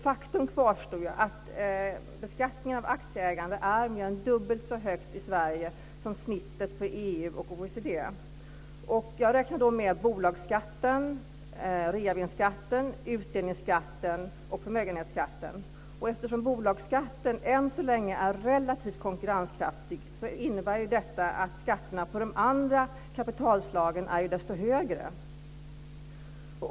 Faktum kvarstår ju, nämligen att beskattningen av aktieägande är mer än dubbelt så hög i Sverige som snittet för EU och OECD. Jag räknar då med bolagsskatten, reavinstskatten, utdelningsskatten och förmögenhetsskatten. Eftersom bolagsskatten än så läge är relativt konkurrenskraftig så innebär detta att skatterna på de andra kapitalslagen är desto högre.